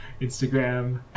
Instagram